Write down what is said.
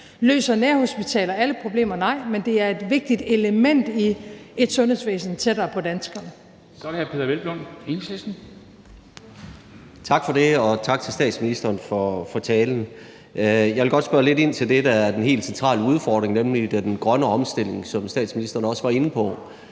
Løser nærhospitaler alle problemer? Nej, men det er et vigtigt element i et sundhedsvæsen tættere på danskerne. Kl. 00:17 Formanden (Henrik Dam Kristensen): Så er det hr. Peder Hvelplund, Enhedslisten. Kl. 00:18 Peder Hvelplund (EL): Tak for det. Og tak til statsministeren for talen. Jeg vil godt spørge lidt ind til det, der er den helt centrale udfordring, nemlig den grønne omstilling, som statsministeren også var inde på.